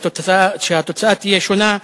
שהתוצאה תהיה שונה.